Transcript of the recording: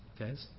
okay